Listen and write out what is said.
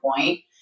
Point